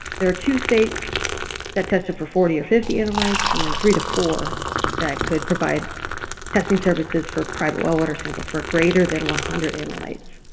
there are two states that tested for forty or fifty analytes, and then three to four that could provide testing services for private well water samples for a greater than one hundred analytes.